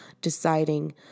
deciding